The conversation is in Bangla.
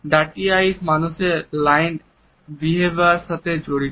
ডার্টি আইস মানুষের লাইন বিহেভিয়ার এর সাথে জড়িত